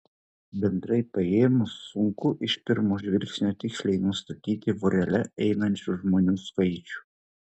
bendrai paėmus sunku iš pirmo žvilgsnio tiksliai nustatyti vorele einančių žmonių skaičių